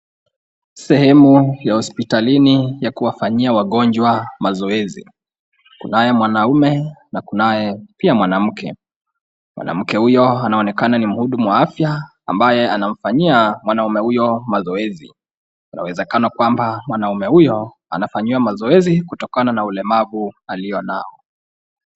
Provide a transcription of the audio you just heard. Aehemu ya hospitalini ya kuwafanyia wagonjwa mazoezi, kunayo mwanaume na pia kunayo mwanamke. Mwanamke huyo anaonekana ni mhudumu wa afya, ambaye anamfanyia mwanaume huyo mazoezi. Kuna wezekano kwamba mwanaume huyo anafanyiwa mazoezi kutokana na ulemavu alionao.